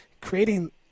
creating